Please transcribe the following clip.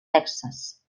texas